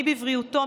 מי בבריאותו,